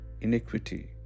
iniquity